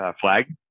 flag